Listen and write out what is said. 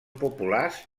populars